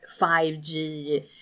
5G